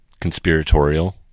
conspiratorial